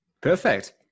Perfect